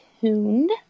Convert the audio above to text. tuned